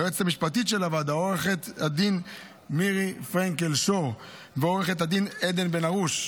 ליועצת המשפטית של הוועדה עו"ד מירי פרנקל שור ועו"ד עדן בן ארוש.